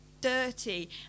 Dirty